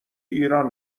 ایران